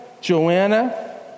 Joanna